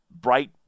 bright